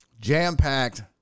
jam-packed